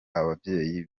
ababyeyi